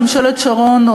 בממשלת שרון,